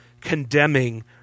condemning –